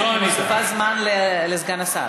אני מוסיפה זמן לסגן השר,